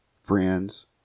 friends